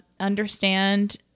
Understand